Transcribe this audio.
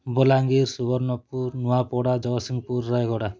Balangir Subarnapur Nuapada Jagatsinghpur Rayagada